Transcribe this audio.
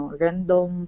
random